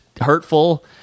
hurtful